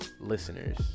listeners